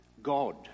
god